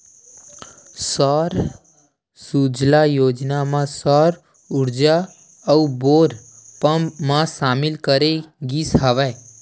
सौर सूजला योजना म सौर उरजा अउ बोर पंप ल सामिल करे गिस हवय